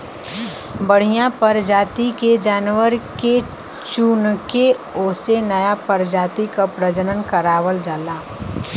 बढ़िया परजाति के जानवर के चुनके ओसे नया परजाति क प्रजनन करवावल जाला